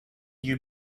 you